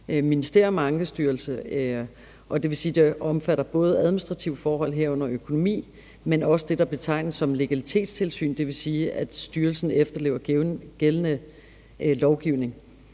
vil sige, at det både omfatter administrative forhold, herunder økonomi, men også det, der betegnes som legalitetstilsyn, hvilket vil sige, at styrelsen efterlever gældende lovgivning.